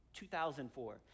2004